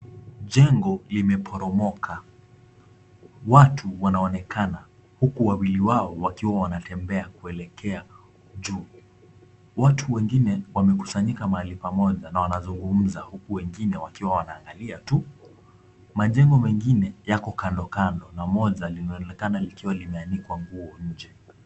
Jengo limeporomoka. Watu wanaonekana huku wawili wao wakiwa wanatembea kuelekea juu. Watu wengine wamekusanyika mahali pamoja na wanazungumza huku wengine wakiwa wanaangalia tu. Majengo mengine yako kando kando na moja limeonekana likiwa limeanikwa nguo nje.